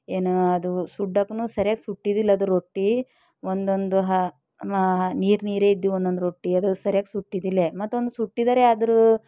ಎನೋ ಅದು ಸುಡೋಕ್ಕೂ ಸರಿಯಾಗಿ ಸುಟ್ಟಿದ್ದಿಲ್ಲ ಅದು ರೊಟ್ಟಿ ಒಂದೊಂದು ನೀರು ನೀರು ಇದ್ದಿವು ಒಂದೊಂದು ರೊಟ್ಟಿ ಅದು ಸರಿಯಾಗಿ ಸುಟ್ಟಿದ್ದಿಲ್ಲ ಮತ್ತೊಂದು ಸುಟ್ಟಿದ್ದಾರೆ ಆದರೂ